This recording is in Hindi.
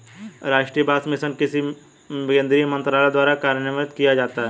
राष्ट्रीय बांस मिशन किस केंद्रीय मंत्रालय द्वारा कार्यान्वित किया जाता है?